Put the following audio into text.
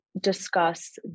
discuss